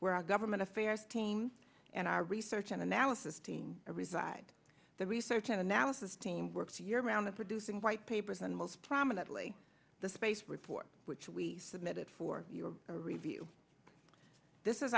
where our government affairs teams and our research and analysis team are reside the research and analysis team works year round of producing white papers and most prominently the space report which we submitted for your review this is